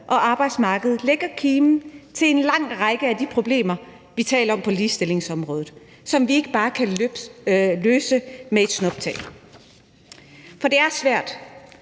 og arbejdsmarked lægger kimen til en lang række af de problemer, som vi taler om på ligestillingsområdet, og som vi ikke bare kan løse med et snuptag. Det er svært